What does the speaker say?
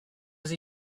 does